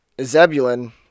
Zebulun